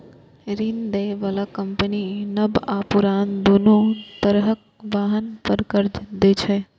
ऋण दै बला कंपनी नव आ पुरान, दुनू तरहक वाहन पर कर्ज दै छै